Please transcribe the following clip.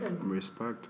Respect